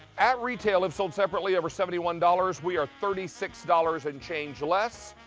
at retail if sold separately, over seventy one dollars. we are thirty six dollars and change less.